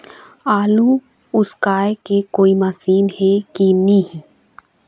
आलू उसकाय के कोई मशीन हे कि नी?